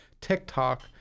TikTok